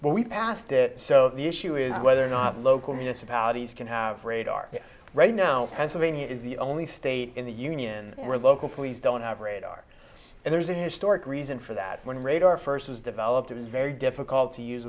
but we passed it so the issue is whether or not local municipalities can have radar right now pennsylvania is the only state in the union where local police don't have radar and there's a historic reason for that when radar first was developed it was very difficult to use